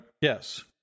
Yes